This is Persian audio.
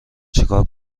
چیکار